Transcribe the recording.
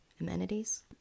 Amenities